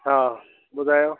हा ॿुधायो